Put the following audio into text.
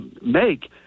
make